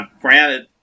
granted